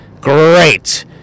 Great